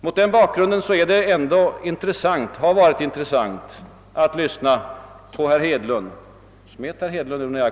Mot denna bakgrund har det varit intressant att lyssna till herr Hedlund.